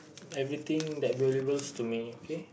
everything that valuables to me okay